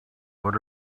what